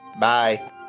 Bye